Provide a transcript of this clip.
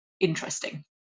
interesting